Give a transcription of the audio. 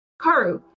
Karu